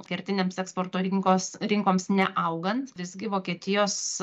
kertinėms eksporto rinkos rinkoms neaugant visgi vokietijos